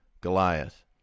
Goliath